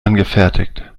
angefertigt